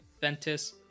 ventus